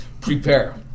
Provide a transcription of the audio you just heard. prepare